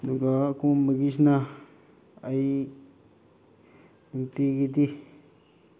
ꯑꯗꯨꯒ ꯑꯀꯣꯟꯕꯒꯤꯁꯤꯅ ꯑꯩ ꯅꯨꯡꯇꯤꯒꯤꯗꯤ